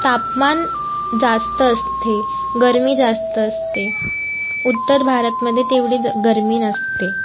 तापमान जास्त असते गर्मी जास्त असते उत्तर भारतमध्ये तेवढी गर्मी नसते